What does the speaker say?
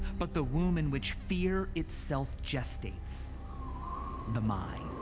but the womb in which fear itself gestates the mind.